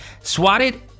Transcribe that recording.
swatted